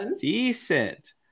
decent